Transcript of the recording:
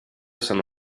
sono